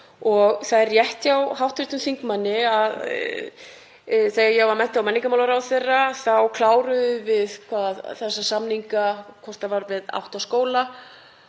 Það er rétt hjá hv. þingmanni að þegar ég var mennta- og menningarmálaráðherra kláruðum við þessa samninga, hvort það var við átta skóla,